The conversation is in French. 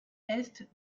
est